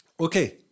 Okay